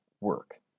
work